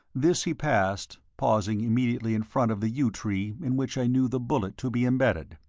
this he passed, pausing immediately in front of the yew tree in which i knew the bullet to be embedded.